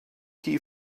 key